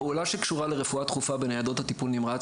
הפעולה שקשורה לרפואה דחופה בניידות טיפול נמרץ